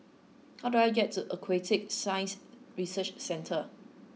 how do I get to Aquatic Science Research Centre